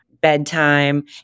bedtime